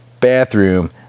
bathroom